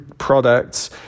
products